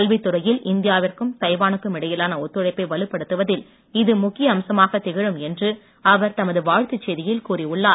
கல்வித் துறையில் இந்தியா விற்கும் தைவா னுக்கும் இடையிலான ஒத்துழைப்பை வலுப்படுத்துவதில் இது முக்கிய அம்சமாகத் திகழும் என்று அவர் தமது வாழத்துச் செய்தியில் கூறியுள்ளார்